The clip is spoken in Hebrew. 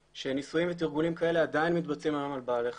שניסויים ותרגולים כאלה עדיין מתבצעים היום על בעלי חיים.